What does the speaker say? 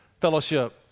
Fellowship